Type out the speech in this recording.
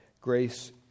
Grace